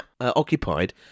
occupied